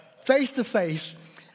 face-to-face